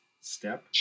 step